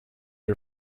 her